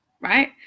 right